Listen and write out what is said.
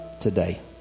today